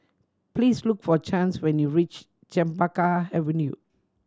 please look for Chance when you reach Chempaka Avenue